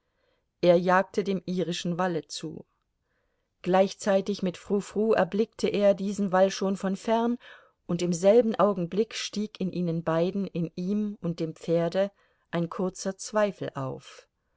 er jagte dem irischen walle zu gleichzeitig mit frou frou erblickte er diesen wall schon von fern und im selben augenblick stieg in ihnen beiden in ihm und dem pferde ein kurzer zweifel auf